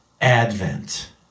advent